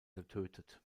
getötet